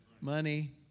money